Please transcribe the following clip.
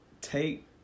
take